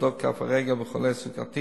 לבדוק כף הרגל בחולה סוכרתי